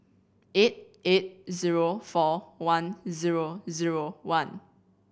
eight eight zero four one zero zero one